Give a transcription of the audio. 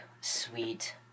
sweet